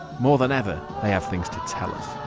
more than ever, they have things to tell us.